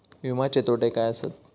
विमाचे तोटे काय आसत?